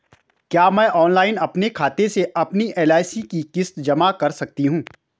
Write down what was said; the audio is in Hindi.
क्या मैं ऑनलाइन अपने खाते से अपनी एल.आई.सी की किश्त जमा कर सकती हूँ?